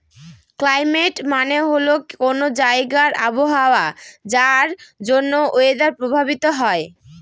climate মানে হল কোনো জায়গার আবহাওয়া যার জন্য ওয়েদার প্রভাবিত হয়